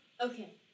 okay